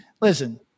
Listen